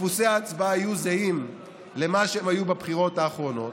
דפוסי ההצבעה יהיו זהים למה שהם היו בבחירות האחרונות,